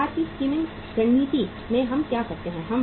बाजार की स्कीमिंग रणनीति में हम क्या करते हैं